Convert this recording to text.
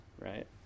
right